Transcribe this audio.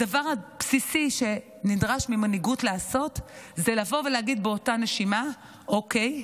הדבר הבסיסי שנדרש ממנהיגות לעשות זה לבוא ולהגיד באותה נשימה: אוקיי,